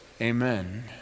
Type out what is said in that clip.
amen